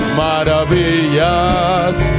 maravillas